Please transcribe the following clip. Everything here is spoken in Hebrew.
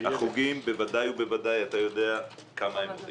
החוגים אתה יודע כמה הם עולים.